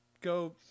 go